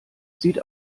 sieht